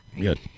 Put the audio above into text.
Good